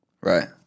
Right